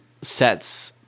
sets